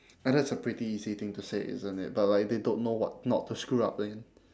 uh that's a pretty easy thing to say isn't it but like they don't know what not to screw up in